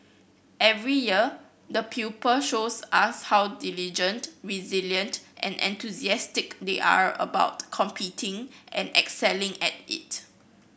every year the pupil shows us how diligent resilient and enthusiastic they are about competing and excelling at it